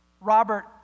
Robert